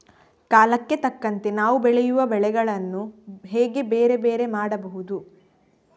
ಕಾಲಕ್ಕೆ ತಕ್ಕಂತೆ ನಾವು ಬೆಳೆಯುವ ಬೆಳೆಗಳನ್ನು ಹೇಗೆ ಬೇರೆ ಬೇರೆ ಮಾಡಬಹುದು?